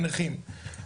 לנכים,